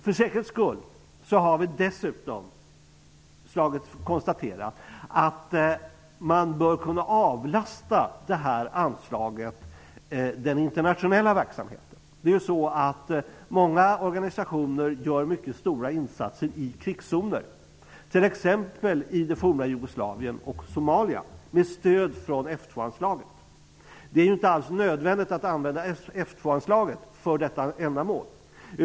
För säkerhets skull har utskottet dessutom konstaterat att anslaget bör kunna avlastas den internationella verksamheten. Många organisationer gör mycket stora insatser med stöd från F 2-anslaget i krigszoner, t.ex. i det forna Jugoslavien och i Somalia. Det är inte alldeles nödvändigt att använda F 2-anslaget för detta ändamål.